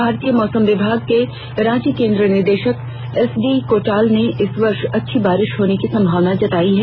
भारतीय मौसम विभाग के रांची केंद्र निदेषक एसडी कोटाल ने इस वर्ष अच्छी बारिष होने की संभावना जताई है